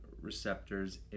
receptors